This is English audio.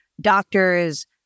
doctors